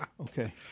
Okay